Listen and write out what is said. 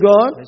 God